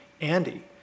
Andy